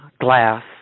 glass